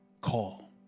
call